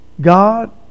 God